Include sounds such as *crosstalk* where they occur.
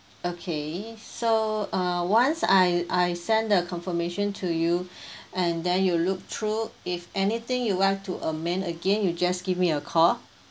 okay so uh once I I send the confirmation to you *breath* and then you look through if anything you want to amend again you just give me a call